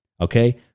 Okay